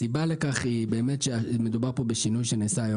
הסיבה לכך היא באמת שמדובר פה בשינוי שנעשה היום